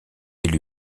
élu